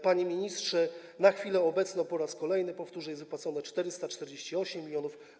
Panie ministrze, na chwilę obecną, po raz kolejny powtórzę, jest wypłacone 448 mln.